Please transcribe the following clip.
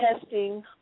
testing